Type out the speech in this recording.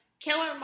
Killer